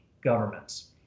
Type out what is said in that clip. governments